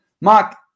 Mark